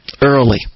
Early